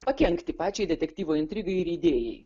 pakenkti pačiai detektyvo intriga ir idėjai